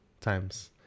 times